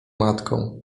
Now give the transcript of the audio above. matką